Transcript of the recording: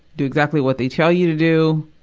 do exactly what they tell you to do.